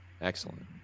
Excellent